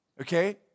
okay